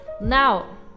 now